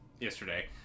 yesterday